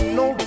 no